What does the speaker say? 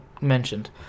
mentioned